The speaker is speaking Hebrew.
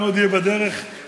ואני עוד אהיה בדרך הביתה.